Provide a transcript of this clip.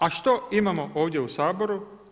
A što imamo ovdje u Saboru?